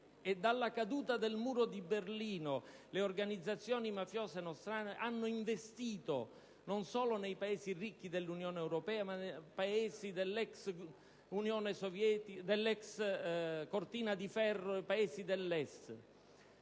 Dalla caduta del Muro di Berlino le organizzazioni mafiose nostrane hanno investito non solo nei Paesi ricchi dell'Unione europea, ma nei Paesi dell'ex cortina di ferro, nei Paesi dell'Est.